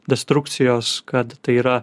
destrukcijos kad tai yra